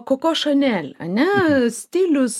koko chanel ane stilius